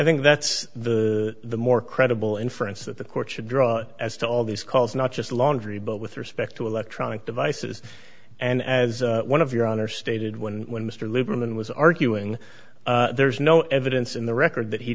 think that's the more credible inference that the court should draw as to all these calls not just laundry but with respect to electronic devices and as one of your honor stated when when mr lieberman was arguing there's no evidence in the record that he